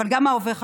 אבל גם ההווה חשוב,